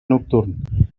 nocturn